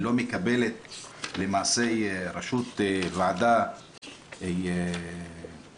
לא מקבלת למעשה ראשות ועדה קבועה,